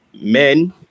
men